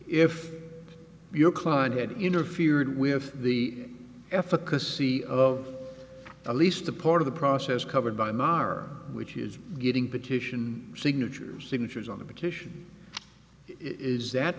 if your client had interfered with the efficacy of a lease the part of the process covered by mark which is getting petition signatures signatures on the petition is that